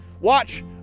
watch